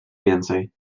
więcej